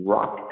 Rock